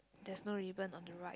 there's no ribbon on the right